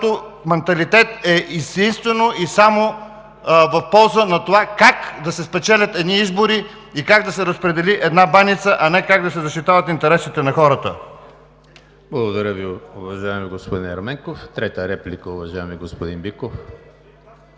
който манталитет е единствено и само в полза на това как да се спечелят едни избори и как да се разпредели една баница, а не как да се защитават интересите на хората. ПРЕДСЕДАТЕЛ ЕМИЛ ХРИСТОВ: Благодаря Ви, уважаеми господин Ерменков. Трета реплика, уважаеми господин Биков.